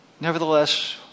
Nevertheless